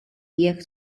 jekk